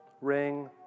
ring